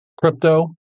crypto